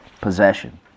possession